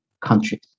countries